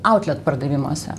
autlet pardavimuose